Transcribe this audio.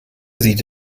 sieht